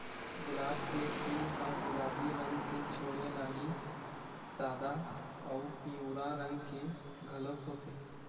गुलाब के फूल ह गुलाबी रंग के छोड़े लाली, सादा अउ पिंवरा रंग के घलोक होथे